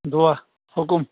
دُعا حُکُم